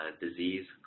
disease